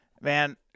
man